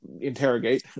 interrogate